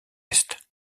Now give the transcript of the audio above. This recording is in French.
est